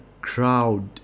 crowd